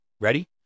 ready